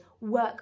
work